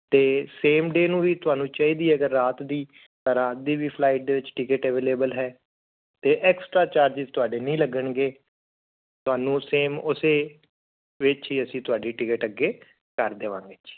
ਅਤੇ same day ਨੂੰ ਵੀ ਤੁਹਾਨੂੰ ਚਾਹੀਦੀ ਹੈ ਅਗਰ ਰਾਤ ਦੀ ਤਾਂ ਰਾਤ ਦੀ ਵੀ ਫਲਾਈਟ ਦੇ ਵਿੱਚ ਟਿਕਟ ਅਵੇਲੇਬਲ ਹੈ ਅਤੇ ਐਕਸਟਰਾ ਚਾਰਜਿਸ ਤੁਹਾਡੇ ਨਹੀਂ ਲੱਗਣਗੇ ਤੁਹਾਨੂੰ ਸੇਮ ਉਸੇ ਵਿੱਚ ਹੀ ਅਸੀਂ ਤੁਹਾਡੀ ਟਿਕਟ ਅੱਗੇ ਕਰ ਦੇਵਾਂਗੇ ਜੀ